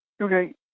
Okay